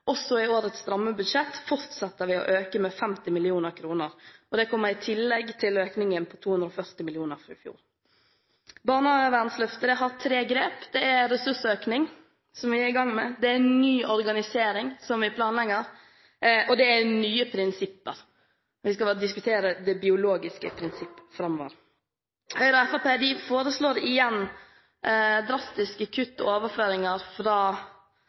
Også i årets stramme budsjett fortsetter vi å øke, med 50 mill. kr, og det kommer i tillegg til økningen på 240 mill. kr fra i fjor. Barnevernsløftet er tre grep. Det er ressursøkning, som vi er i gang med, det er ny organisering, som vi planlegger, og det er nye prinsipper – vi skal vel diskutere det biologiske prinsipp framover. Høyre og Fremskrittspartiet foreslår igjen drastiske kutt og overføringer fra